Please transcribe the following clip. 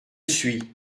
suis